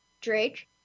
Drake